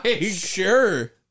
sure